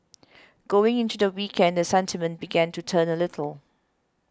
going into the weekend the sentiment began to turn a little